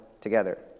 together